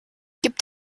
gibt